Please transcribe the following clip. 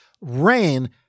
rain